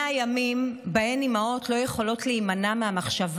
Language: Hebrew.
לא להפריע.